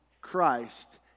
Christ